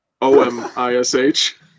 O-M-I-S-H